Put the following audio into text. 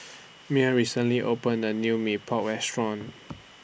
Mearl recently opened A New Mee Pok Restaurant